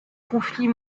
conflit